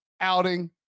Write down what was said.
outing